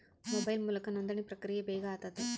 mobile ಮೂಲಕ ನೋಂದಣಿ ಪ್ರಕ್ರಿಯೆ ಬೇಗ ಆತತೆ